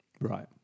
Right